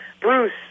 Bruce